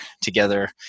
together